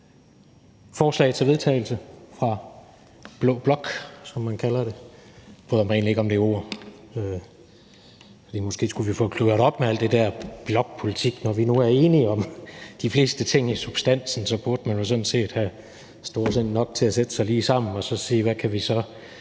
forslaget til vedtagelse fra blå blok, som man kalder det. Jeg bryder mig egentlig ikke om det ord. Måske skulle vi få gjort op med alt det der blokpolitik. Når vi nu er enige om de fleste ting i substansen, burde man jo sådan set have storsind nok til lige at sætte sig sammen og sige: Kan vi så